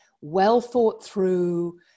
well-thought-through